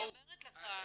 אני אומרת לך.